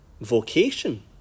Vocation